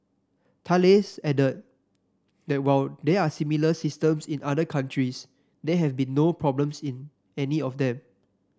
Thales added that while there are similar systems in other countries there have been no problems in any of them